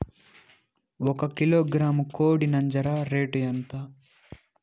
ఒక కిలోగ్రాము కోడి నంజర రేటు ఎంత?